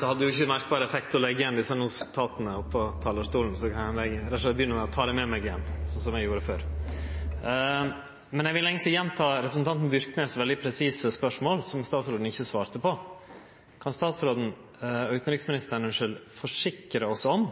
hadde jo ikkje merkbar effekt å leggje igjen desse notata på talarstolen, så eg vil rett og slett begynne å ta dei med meg ned igjen, slik som eg gjorde før. Eg vil eigentleg gjenta representanten Byrknes’ veldig presise spørsmål, som statsråden ikkje svarte på: Kan utanriksministeren forsikre oss om